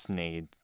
need